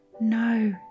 No